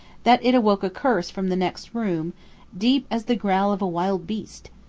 that it awoke a curse from the next room deep as the growl of a wild beast,